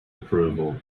approval